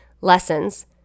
lessons